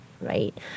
right